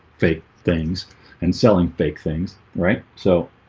fake things and selling fake things, right? so